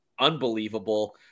Unbelievable